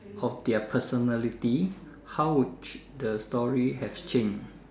of their personality how would the story have change